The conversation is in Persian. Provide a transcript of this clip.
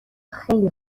خیلی